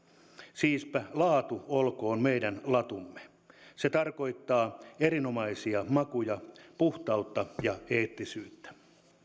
siispä laatu olkoon meidän latumme se tarkoittaa erinomaisia makuja puhtautta ja eettisyyttä